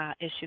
issue